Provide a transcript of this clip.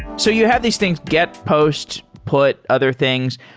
so you have these things, get, post, put, other things.